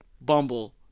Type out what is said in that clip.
Bumble